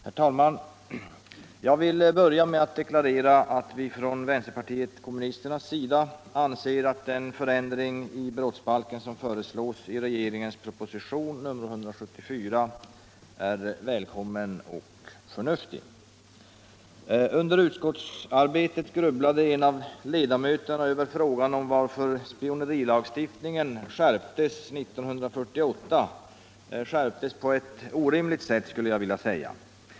Herr talman! Jag vill börja med att deklarera att vi från vänsterpartiet kommunisternas sida anser att den förändring i brottsbalken som föreslås i regeringens proposition nr 174 är välkommen och förnuftig. Under utskottsarbetet grubblade en av ledamöterna över frågan om varför spionerilagstiftningen skärptes 1948 — skärptes på ett orimligt sätt, skulle jag vilja säga.